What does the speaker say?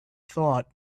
thought